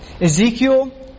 Ezekiel